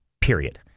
period